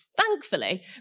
thankfully